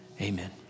amen